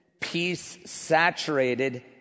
peace-saturated